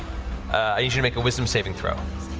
i need you to make a wisdom saving throw.